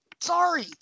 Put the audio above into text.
Sorry